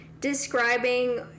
describing